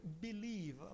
believe